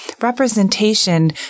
representation